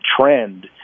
trend